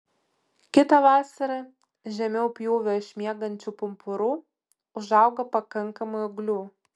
kitą vasarą žemiau pjūvio iš miegančių pumpurų užauga pakankamai ūglių